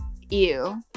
ew